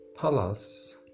Palace